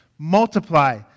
multiply